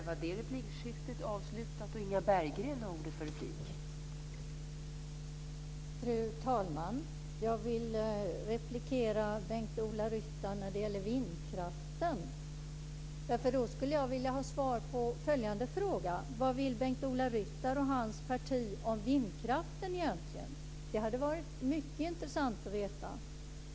Fru talman! Jag vill replikera till Bengt-Ola Ryttar om vindkraften. Jag skulle vilja ha svar på följande fråga: Vad vill Bengt-Ola Ryttar och hans parti egentligen i vindkraftsfrågan? Det skulle vara mycket intressant att få veta det.